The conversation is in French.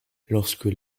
lorsque